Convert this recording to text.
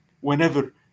whenever